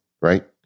right